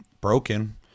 broken